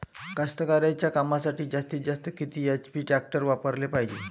कास्तकारीच्या कामासाठी जास्तीत जास्त किती एच.पी टॅक्टर वापराले पायजे?